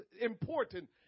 important